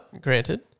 granted